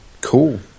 Cool